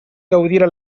gaudira